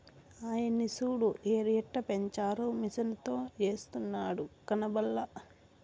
ఆయన్ని సూడు ఎరుయెట్టపెంచారో మిసనుతో ఎస్తున్నాడు కనబల్లా